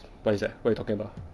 what is that what you talking about